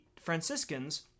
Franciscans